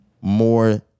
more